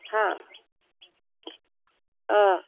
ꯍꯥ ꯑꯥ